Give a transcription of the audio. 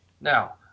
Now